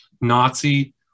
Nazi